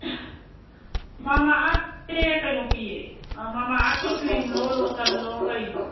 ꯃꯃꯥ ꯑꯥꯔꯠꯁꯦ ꯀꯩꯅꯣ ꯄꯤꯌꯦ ꯑꯥ ꯃꯃꯥ ꯑꯥꯔꯠꯀꯤ ꯀ꯭ꯔꯤꯝꯂꯣ ꯂꯣꯁꯟꯂꯣ ꯀꯔꯤꯅꯣ